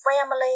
family